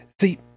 See